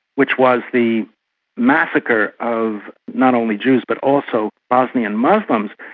which was the massacre of not only jews but also bosnian muslims,